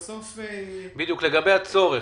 בדיוק, לגבי הצורך,